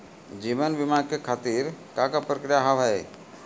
जीवन बीमा के खातिर का का प्रक्रिया हाव हाय?